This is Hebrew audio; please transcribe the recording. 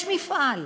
יש מפעל,